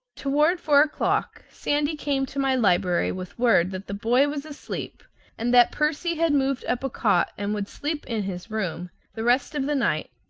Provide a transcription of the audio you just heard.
toward four o'clock sandy came to my library with word that the boy was asleep and that percy had moved up a cot and would sleep in his room the rest of the night.